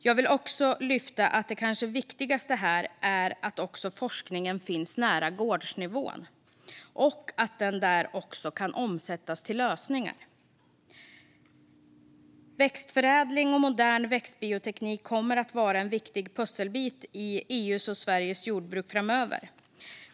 Jag vill också lyfta att det kanske viktigaste här är att forskningen finns nära gårdsnivån och att den där kan omsättas till lösningar. Växtförädling och modern växtbioteknik kommer att vara en viktig pusselbit i EU:s och Sveriges jordbruk framöver.